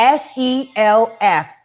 self